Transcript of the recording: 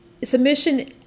Submission